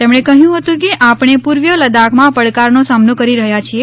તેમણે કહયું હતું કે આપણે પુર્વીય લદાખમાં પડકારનો સામનો કરી રહયાં છીએ